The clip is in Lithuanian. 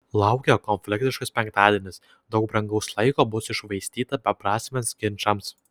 laukia konfliktiškas penktadienis daug brangaus laiko bus iššvaistyta beprasmiams ginčams